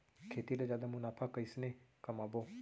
खेती ले जादा मुनाफा कइसने कमाबो?